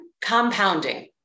compounding